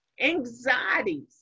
anxieties